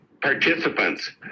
participants